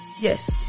Yes